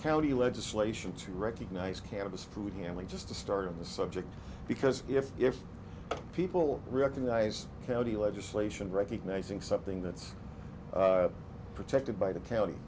county legislation to recognize canada's food handling just the start of the subject because if if people recognize how the legislation recognizing something that's protected by the county